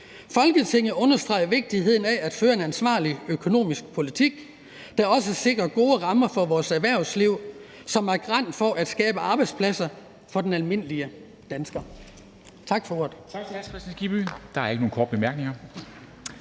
Folketinget understreger vigtigheden af at føre en ansvarlig økonomisk politik, der også sikrer gode rammer for vores erhvervsliv, som er garant for at skabe arbejdspladser for den almindelige dansker.«